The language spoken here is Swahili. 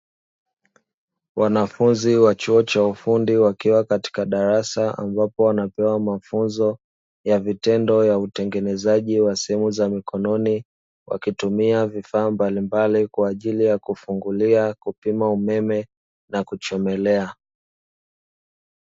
Wanafunzi wa chuo cha ufundi wakiwa katika darasa ambapo wanapewa mafunzo ya vitendo ya utengenezaji wa simu za mikononi, wakitumia vifaa mbalimbali kwa ajili ya kufungulia, kupima umeme na kuchomelea.